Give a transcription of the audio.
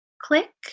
click